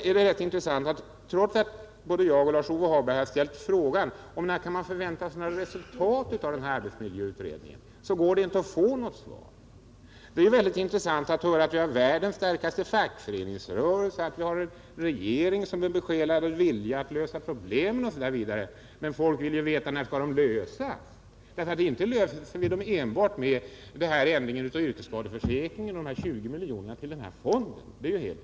Vidare konstaterar jag, att trots att både Lars-Ove Hagberg och jag har frågat när man kan förvänta några resultat av arbetsmiljöutredningen går det tydligen inte att få något svar. Det är mycket intressant att höra att vi har världens starkaste fackföreningsrörelse och att vi har en regering som är besjälad av en vilja att lösa problem osv., men människor vill veta när problemen skall lösas. Och att de inte löses enbart med en ändring i yrkesskadeförsäkringen och med de 20 miljoner kronorna till den fond som det här gäller är helt klart.